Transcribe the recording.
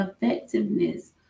effectiveness